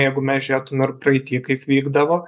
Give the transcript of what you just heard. jeigu mes žiūrėtume ir praeity kaip vykdavo